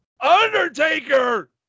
Undertaker